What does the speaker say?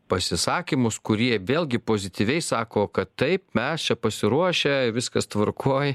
pasisakymus kurie vėlgi pozityviai sako kad taip mes čia pasiruošę viskas tvarkoj